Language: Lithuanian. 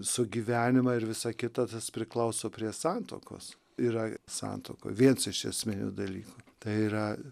sugyvenimą ir visa kita tas priklauso prie santuokos yra santuokoj viens iš esminių dalykų tai yra